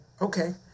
okay